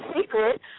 secret